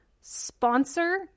sponsor